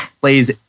plays